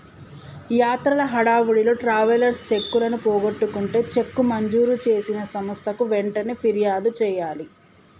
యాత్రల హడావిడిలో ట్రావెలర్స్ చెక్కులను పోగొట్టుకుంటే చెక్కు మంజూరు చేసిన సంస్థకు వెంటనే ఫిర్యాదు చేయాలి